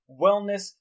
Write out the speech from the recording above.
wellness